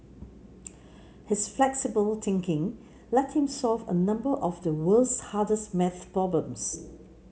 his flexible thinking led him to solve a number of the world's hardest maths problems